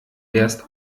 erst